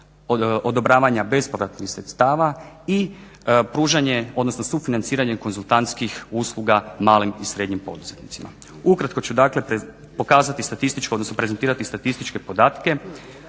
odobravanja bespovratnih sredstava i pružanje, odnosno sufinanciranje konzultantskih usluga malim i srednjim poduzetnicima. Ukratko ću dakle pokazati statističke, odnosno prezentirati statističke podatke.